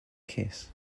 kiss